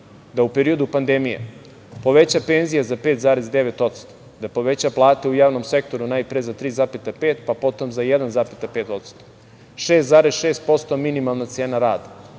da u periodu pandemije poveća penzije za 5,9%, da poveća plate u javnom sektoru najpre za 3,5%, pa potom za 1,5%, 6,6% minimalna cena rada,